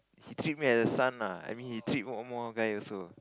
he treat me as a son lah I mean he treat more more guy also